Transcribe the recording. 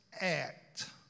act